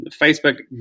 Facebook